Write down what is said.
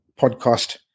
podcast